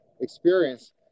experience